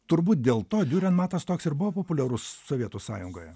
turbūt dėl to diurenmatas toks ir buvo populiarus sovietų sąjungoje